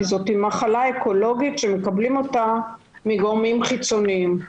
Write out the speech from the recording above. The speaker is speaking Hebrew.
כי זו מחלה אקולוגית שמקבלים אותו מגורמים חיצוניים.